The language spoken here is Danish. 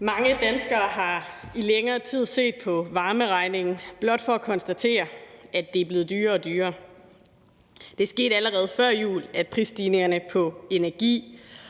Mange danskere har i længere tid set på varmeregningen blot for at konstatere, at den er blevet dyrere og dyrere. Det skete allerede før jul, at priserne på energi